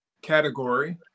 category